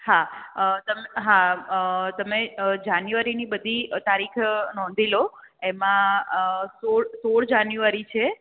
હા હા તમે જાન્યુવારીની બધી તારીખ નોંધી લો એમા સોળ સોળ જાન્યુવારી છે